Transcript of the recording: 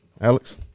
Alex